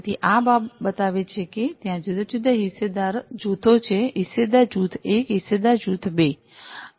તેથી આ બતાવે છે કે ત્યાં જુદા જુદા હિસ્સેદાર જૂથો છે હિસ્સેદાર જૂથ 1 હિસ્સેદાર જૂથ 2